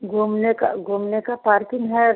घूमने का घूमने का पार्किंग है